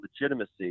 legitimacy